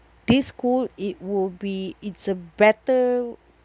this school it will be it's a better